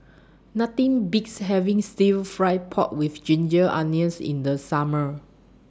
Nothing Beats having Stir Fried Pork with Ginger Onions in The Summer